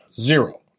Zero